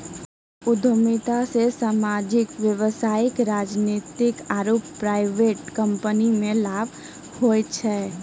उद्यमिता से सामाजिक व्यवसायिक राजनीतिक आरु प्राइवेट कम्पनीमे लाभ हुवै छै